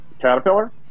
Caterpillar